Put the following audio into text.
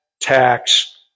tax